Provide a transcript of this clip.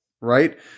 right